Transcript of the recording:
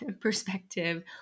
perspective